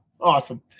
Awesome